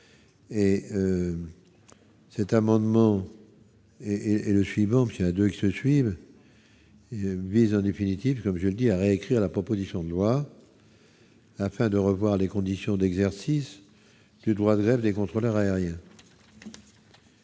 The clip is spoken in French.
et cet amendement est est le suivant, puis il y a 2 qui se suivent et vise en définitive comme je le dis à réécrire la proposition de loi afin de revoir les conditions d'exercice du droit de grève des contrôleurs aériens.